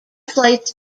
flights